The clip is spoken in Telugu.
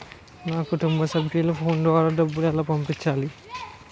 నా కుటుంబ సభ్యులకు ఫోన్ ద్వారా డబ్బులు ఎలా పంపించాలి?